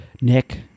Nick